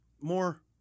more